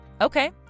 Okay